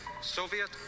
Soviet